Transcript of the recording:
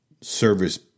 service